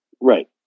right